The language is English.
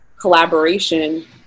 collaboration